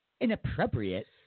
inappropriate